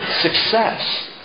success